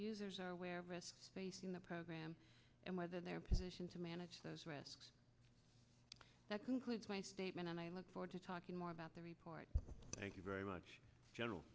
users are aware of risk facing the program and whether their position to manage those risks that concludes my statement and i look forward to talking more about the report thank you very much general